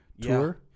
tour